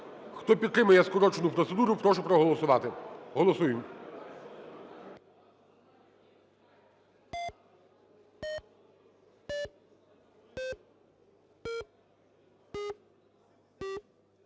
Хто підтримує скорочену процедуру, прошу проголосувати. Голосуємо.